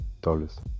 dollars